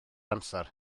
amser